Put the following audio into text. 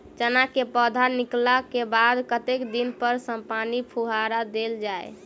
चना केँ पौधा निकलला केँ बाद कत्ते दिन पर पानि केँ फुहार देल जाएँ?